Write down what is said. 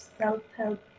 self-help